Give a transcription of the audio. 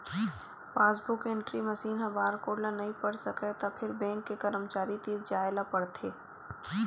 passbook entry machine ह barcode ल नइ पढ़ सकय त फेर बेंक के करमचारी तीर जाए ल परथे